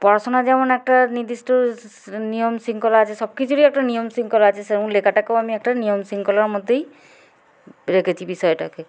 পড়াশোনা যেমন একটা নির্দিষ্ট নিয়ম শৃঙ্খলা আছে সব কিছুরই একটা নিয়ম শৃঙ্খলা আছে সেরম লেখাটাকেও আমি একটা নিয়ম শৃঙ্খলার মধ্যেই রেখেছি বিষয়টাকে